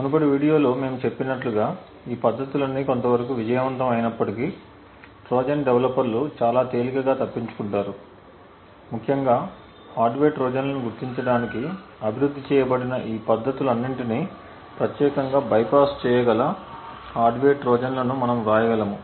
మునుపటి వీడియోలో మేము చెప్పినట్లుగా ఈ పద్ధతులన్నీ కొంతవరకు విజయవంతం అయినప్పటికీ ట్రోజన్ డెవలపర్లు చాలా తేలికగా తప్పించుకుంటారు ముఖ్యంగా హార్డ్వేర్ ట్రోజన్లను గుర్తించడానికి అభివృద్ధి చేయబడిన ఈ పద్ధతులన్నింటినీ ప్రత్యేకంగా బైపాస్ చేయగల హార్డ్వేర్ ట్రోజన్లను మనము వ్రాయగలము